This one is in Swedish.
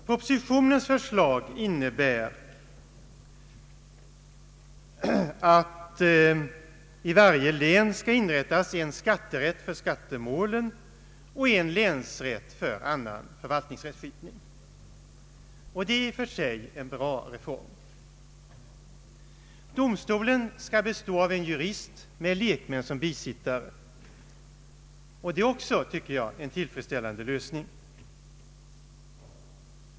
Propositionens förslag innebär att i varje län skall inrättas en skatterätt för skattemålen och en länsrätt för annan förvaltningsrättskipning. Det är i och för sig en bra reform. Domstolen skall bestå av en jurist med lekmän som bisittare, och det är också en tillfredsställande lösning.